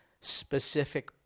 specific